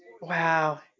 Wow